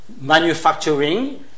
Manufacturing